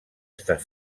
estar